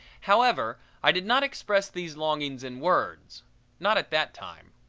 however, i did not express these longings in words not at that time.